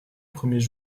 premiers